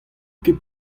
ket